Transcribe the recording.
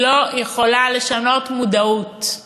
היא לא יכולה לשנות מודעות.